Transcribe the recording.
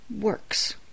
works